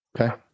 Okay